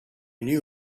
knew